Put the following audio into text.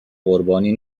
قربانی